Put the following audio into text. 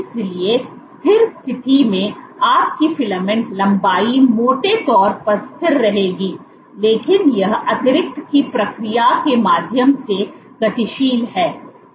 इसलिए स्थिर स्थिति में आपकी फिलामेंट लंबाई मोटे तौर पर स्थिर रहेगी लेकिन यह अतिरिक्त की प्रक्रिया के माध्यम से गतिशील है